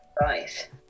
Right